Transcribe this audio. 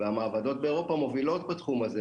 והמעבדות באירופה מובילות בתחום הזה,